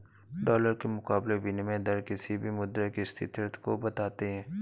dollar के मुकाबले विनियम दर किसी भी मुद्रा की स्थिरता को बताते हैं